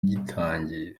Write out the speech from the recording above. gitangiye